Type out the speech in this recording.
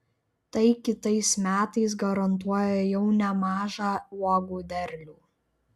tai kitais metais garantuoja jau nemažą uogų derlių